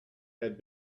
had